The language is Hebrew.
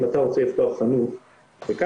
אם אתה רוצה לפתוח חנות לקנאביס,